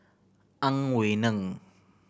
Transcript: Ang Wei Neng